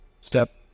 step